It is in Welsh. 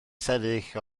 sefyll